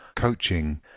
coaching